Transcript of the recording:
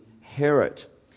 inherit